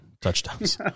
touchdowns